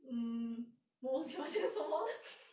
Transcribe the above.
mm 我忘记我要讲什么